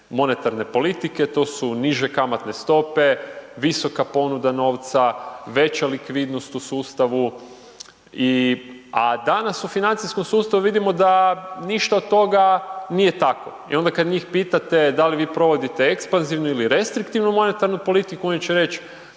monetarne politike, to su niže kamatne stope, visoka ponuda novca, veća likvidnost u sustavu. A danas u financijskom sustavu, vidimo da ništa od toga nije tako i onda kada njih pitate, da li vi provodite ekspanzivnu ili restriktivnu monetarnu politiku, oni će reći,